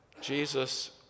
Jesus